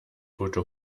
tote